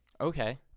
okay